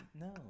No